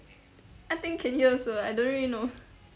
I think can hear also I don't really know